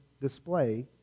display